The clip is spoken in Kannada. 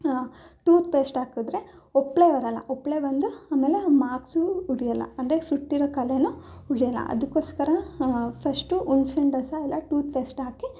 ಟೂತ್ಪೇಸ್ಟ್ ಹಾಕಿದ್ರೆ ಒಪ್ಳೆ ಬರಲ್ಲ ಒಪ್ಳೆ ಬಂದು ಆಮೇಲೆ ಮಾರ್ಕ್ಸು ಉಳಿಯೋಲ್ಲ ಆಮೇಲೆ ಸುಟ್ಟಿರೋ ಕಲೆಯೂ ಉಳಿಯೋಲ್ಲ ಅದಕ್ಕೋಸ್ಕರ ಫಶ್ಟು ಹುಣ್ಸೇ ಹಣ್ಣು ರಸ ಎಲ್ಲ ಟೂತ್ಪೇಸ್ಟ್ ಹಾಕಿ